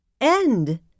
End